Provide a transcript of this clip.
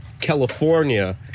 California